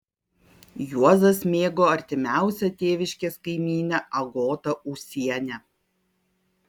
juozas mėgo artimiausią tėviškės kaimynę agotą ūsienę